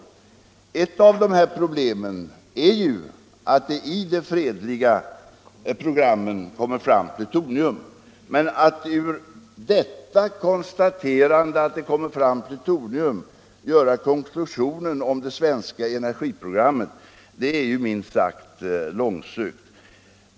Ett av problemen är att det i de fredliga programmen kommer fram plutonium, men att ur det konstaterandet göra konklusionen som herr Antonsson gjorde om det svenska energiprogrammet är minst sagt långsökt.